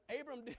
Abram